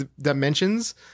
dimensions